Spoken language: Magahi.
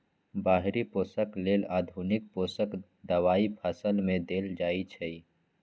बाहरि पोषक लेल आधुनिक पोषक दबाई फसल में देल जाइछइ